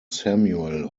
samuel